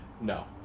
no